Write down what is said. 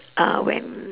uh when